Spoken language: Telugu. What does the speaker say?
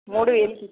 మూడు వేలకి